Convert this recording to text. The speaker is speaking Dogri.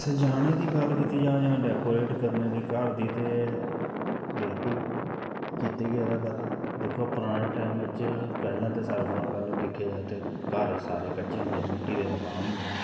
सजाने दी गल्ल कित्ती जा जां डेकोरट करने दी घार दी ते बिल्कुल कीत्ते गेदा पैह्लां दिक्खो पराने टैम च पैह्लें ते सारें कोला पैह्लें दिक्खे जा ता घर सारे कच्चे होंदे हे मिट्टी दे मकान होंदे हे